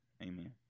Amen